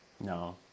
No